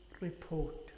report